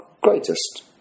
greatest